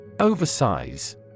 Oversize